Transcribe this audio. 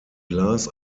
glas